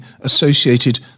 associated